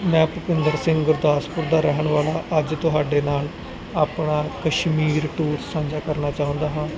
ਮੈਂ ਭੁਪਿੰਦਰ ਸਿੰਘ ਗੁਰਦਾਸਪੁਰ ਦਾ ਰਹਿਣ ਵਾਲਾ ਅੱਜ ਤੁਹਾਡੇ ਨਾਲ ਆਪਣਾ ਕਸ਼ਮੀਰ ਟੂਰ ਸਾਂਝਾ ਕਰਨਾ ਚਾਹੁੰਦਾ ਹਾਂ